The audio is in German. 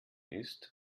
ist